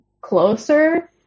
closer